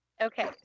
Okay